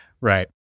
Right